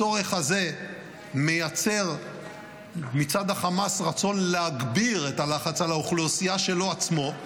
הצורך הזה מייצר מצד החמאס רצון להגביר את הלחץ על האוכלוסייה שלו עצמו,